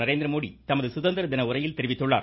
நரேந்திரமோடி தமது சுதந்திர தின உரையில் தெரிவித்துள்ளார்